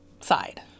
side